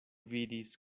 vidis